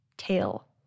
Tail